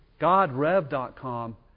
GodRev.com